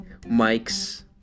mics